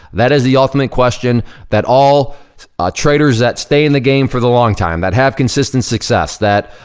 that is the ultimate question that all traders that stay in the game for the long time that have consistent success that,